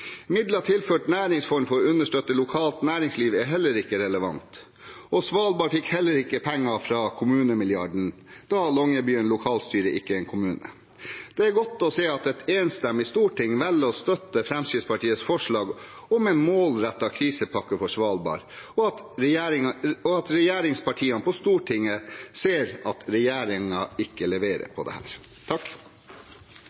Midler tilført næringsfond for å understøtte lokalt næringsliv er ikke relevant, og Svalbard fikk heller ikke penger fra kommunemilliarden, da Longyearbyen lokalstyre ikke er en kommune. Det er godt å se at et enstemmig storting velger å støtte Fremskrittspartiets forslag om en målrettet krisepakke for Svalbard og at regjeringspartiene på Stortinget ser at regjeringen ikke leverer